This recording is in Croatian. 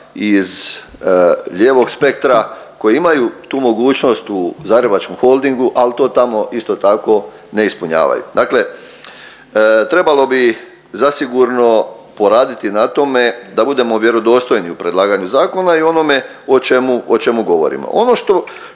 iz lijevog spektra koji imaju tu mogućnost u Zagrebačkom holdingu, ali to tamo isto tako ne ispunjavaju. Dakle, trebalo bi zasigurno poraditi na tome da budemo vjerodostojni u predlaganju zakona i onome o čemu govorimo.